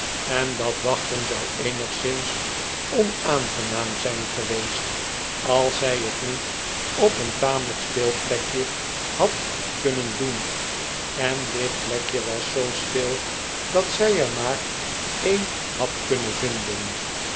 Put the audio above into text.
en dat wachten zou eenigszins onaangenaam zijn geweest als zij het niet op een tamelijk stil plekje had kunnen doen en dit plekje was zoo stil als zij er maar een had kunnen vinden